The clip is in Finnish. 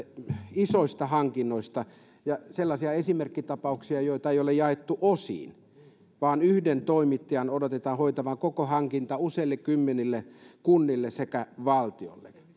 isoista hankinnoista sellaisia esimerkkitapauksia joita ei ole jaettu osiin vaan yhden toimittajan on odotettu hoitavan koko hankinta useille kymmenille kunnille sekä valtiolle